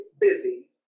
busy